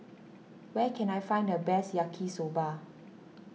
where can I find the best Yaki Soba